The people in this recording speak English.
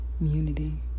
Unity